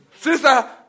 Sister